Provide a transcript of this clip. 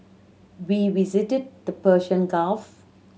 we visited the Persian Gulf